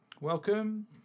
welcome